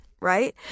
right